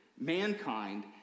mankind